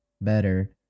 better